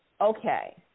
Okay